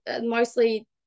mostly